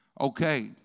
Okay